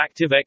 ActiveX